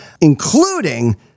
including